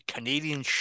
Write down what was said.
Canadian